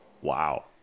Wow